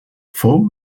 fou